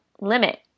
limit